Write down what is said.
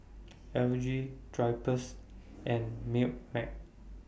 L G Drypers and Milkmaid